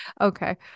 Okay